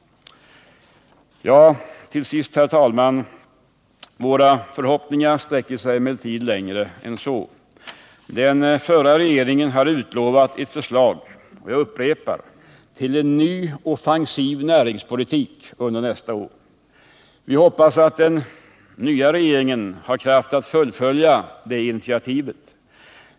Till sist, herr talman! Våra förhoppningar sträcker sig längre än så. Den förra regeringen hade utlovat ett förslag — jag upprepar det — till en ny offensiv näringspolitik under nästa år. Vi hoppas att den nya regeringen har kraft att fullfölja det initiativet.